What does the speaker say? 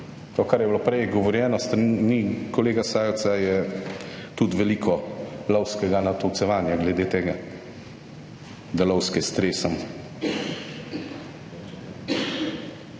To, kar je bilo prej govorjeno s strani ni kolega Sajovca, je tudi veliko lovskega natolcevanja glede tega, da lovske stresamo.